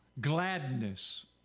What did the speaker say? gladness